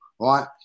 right